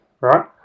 right